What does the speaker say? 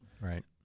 Right